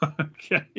okay